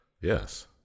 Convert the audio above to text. Yes